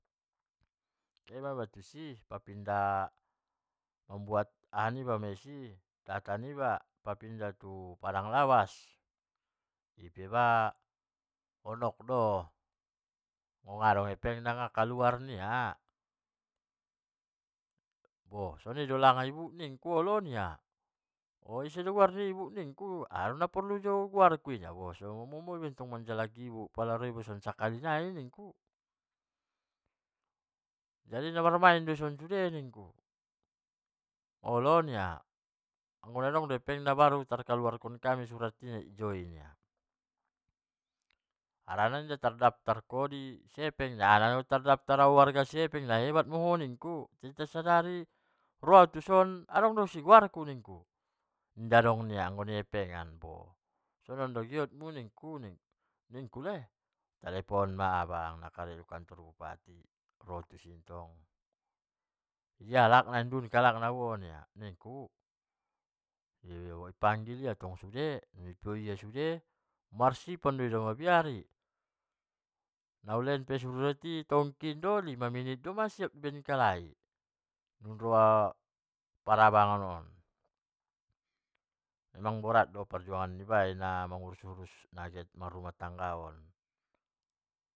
Kehe ma iba tusi papinda kaka niba paindah tu padang lawas, ima honok do naadong hepeng na nakaluar nia, bo soni dolai ibuk ningku olo nia, ise dolai guar ni ibu aha do naporlu diho guarku nia, su pasuo sakali na lek u boto ibu, okkon namarmain o ison sude ningku, olo nia okkon namarhepeng o baru kaluar surat na hijo i nia, harani inda tardaftar ko i cepeng nia, nanatardaftar u di cepeng nahebat maho nikku, adong do son guar mku nikku, inda dong muda nadihepenagn nia. bo sonon do giot mu nikkule, u talepon ma abang na karejo di kantor bupati, ro tusi le, dia alakna du alakna nikku di panggil ia tong sude, ipio ia sude marzipan do sude mabiar i. naulehen do urat i tongkin do baen halai lima menit do, anggo parabangan on, emang borat do perjuangan niba i namangurus-urus nagiot marumah tangga on.